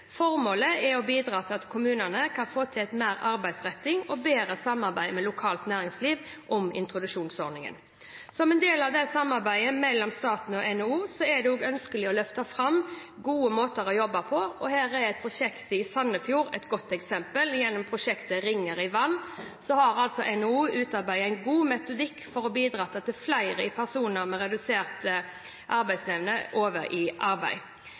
Formålet er å bidra til at kommunene kan få til mer arbeidsretting og bedre samarbeid med lokalt næringsliv om introduksjonsordningen. Som en del av samarbeidet mellom staten og NHO er det ønskelig å løfte fram gode måter å jobbe på. Her er et prosjekt i Sandefjord et godt eksempel. Gjennom prosjektet Ringer i Vannet har NHO utarbeidet en god metodikk for å bidra til å få flere personer med redusert arbeidsevne over i arbeid.